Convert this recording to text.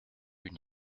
une